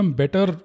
better